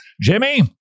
Jimmy